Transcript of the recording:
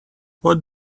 what